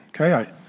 okay